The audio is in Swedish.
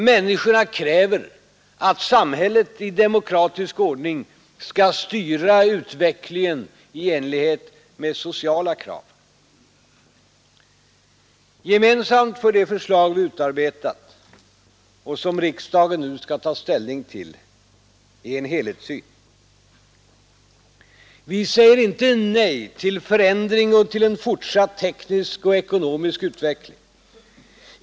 Människorna kräver att samhället i demokratisk ordning skall styra utvecklingen i enlighet med sociala krav. Gemensamt för de förslag vi utarbetat och som riksdagen nu skall ta ställning till är en helhetssyn. Vi säger inte nej till förändring och till en fortsatt teknisk och ekonomisk utveckling.